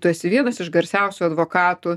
tu esi vienas iš garsiausių advokatų